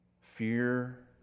fear